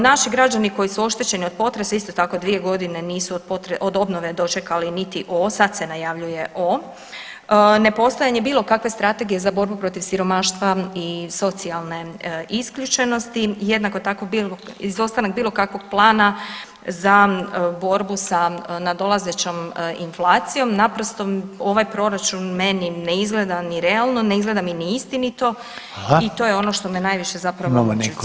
Naši građani koji su oštećeni od potresa isto tako 2.g. nisu od obnove dočekali niti O, sad se najavljuje O. Nepostojanje bilo kakve strategije za borbu protiv siromaštva i socijalne isključenosti, jednako tako izostanak bilo kakvog plana za borbu sa nadolazećom inflacijom, naprosto ovaj proračun meni ne izgleda ni realno, ne izgleda mi ni istinito [[Upadica: Hvala]] i to je ono što me najviše zapravo muči u cijeloj ovoj priči.